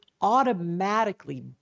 automatically